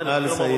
נא לסיים.